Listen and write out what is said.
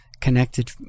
connected